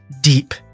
deep